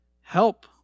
help